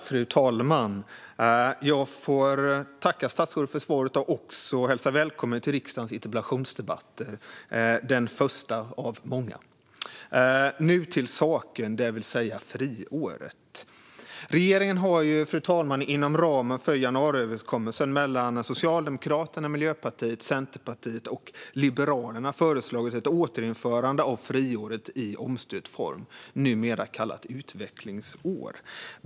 Fru talman! Jag vill tacka statsrådet för svaret och hälsa välkommen till den första av många interpellationsdebatter i riksdagen. Nu till saken, det vill säga friåret. Regeringen har ju, fru talman, inom ramen för januariöverenskommelsen mellan Socialdemokraterna, Miljöpartiet, Centerpartiet och Liberalerna föreslagit ett återinförande av friåret i omstöpt form, numera kallat utvecklingsår.